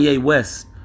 West